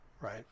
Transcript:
right